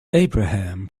abraham